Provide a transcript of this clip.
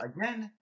again